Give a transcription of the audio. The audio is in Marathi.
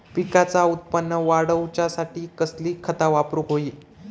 पिकाचा उत्पन वाढवूच्यासाठी कसली खता वापरूक होई?